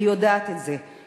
אני יודעת את זה.